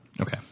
Okay